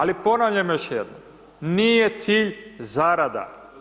Ali ponavljam još jednom, nije cilj zarada.